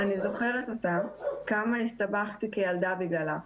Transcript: אני זוכרת אותה, כמה הסתבכתי כילדה בגללה.